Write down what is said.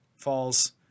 Falls